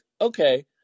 okay